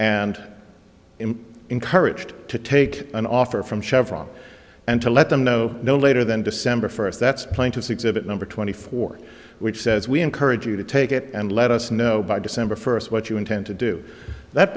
and encouraged to take an offer from chevron and to let them know no later than december first that's plaintiff's exhibit number twenty four which says we encourage you to take it and let us know by december first what you intend to do that